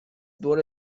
دور